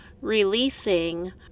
releasing